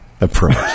approach